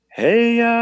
Hey